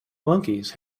monkeys